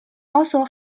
also